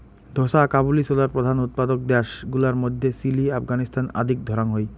ঢোসা কাবুলি ছোলার প্রধান উৎপাদক দ্যাশ গুলার মইধ্যে চিলি, আফগানিস্তান আদিক ধরাং হই